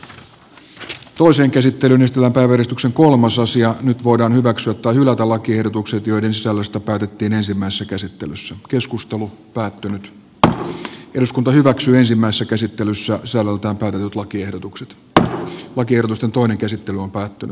hän tuo sen käsittelyyn istua päivällistyksen kulma nyt voidaan hyväksyä tai hylätä lakiehdotukset joiden sisällöstä päätettiin ensimmäisessä käsittelyssä keskustelu päättynyt että eduskunta hyväksyisimmässä käsittelyssä sanotaan lakiehdotukset pää on kierrosta toinen käsittely on päättynyt